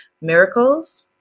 Miracles